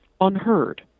unheard